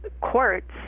courts